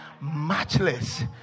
matchless